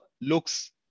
looks